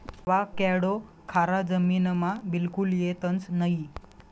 avocado खारा जमीनमा बिलकुल येतंस नयी